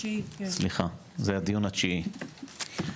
דיון התשיעי,